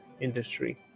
industry